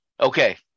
Okay